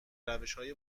روشهای